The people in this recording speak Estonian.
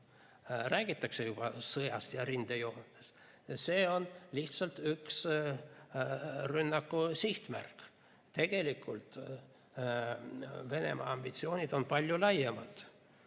räägitakse juba sõjast ja rindejoonest – lihtsalt üks rünnaku sihtmärk. Tegelikult on Venemaa ambitsioonid palju laiemad.